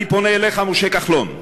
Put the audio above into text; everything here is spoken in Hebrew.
אני פונה אליך, משה כחלון,